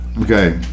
okay